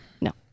No